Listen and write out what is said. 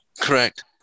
Correct